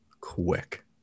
quick